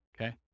Okay